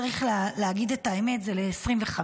צריך להגיד את האמת זה ל-2025.